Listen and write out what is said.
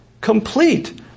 complete